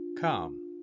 Come